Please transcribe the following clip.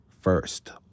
first